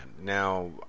Now